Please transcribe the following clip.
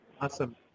Awesome